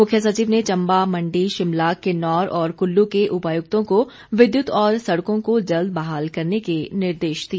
मुख्य सचिव ने चंबा मंडी शिमला किन्नौर और कुल्लू के उपायुक्तों को विद्युत और सड़कों को जल्द बहाल करने के निर्देश दिए